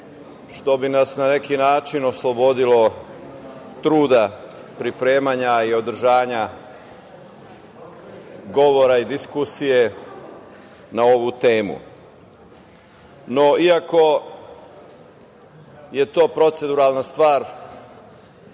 što bi nas na neki način oslobodilo truda pripremanja i održanja govora i diskusije na ovu temu. Iako je to proceduralna stvar